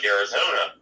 Arizona